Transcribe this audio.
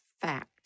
fact